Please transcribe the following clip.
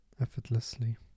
Effortlessly